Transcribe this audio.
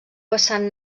vessant